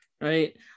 right